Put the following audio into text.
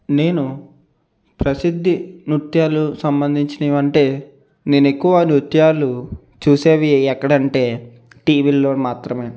నేను ప్రసిద్ధ నృత్యాలు సంబంధించినవి అంటే నేను ఎక్కువ నృత్యాలు చూసేది ఎక్కడ అంటే టీవీల్లో మాత్రమే